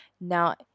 Now